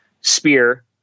spear